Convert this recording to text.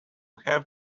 have